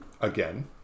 again